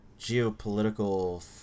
geopolitical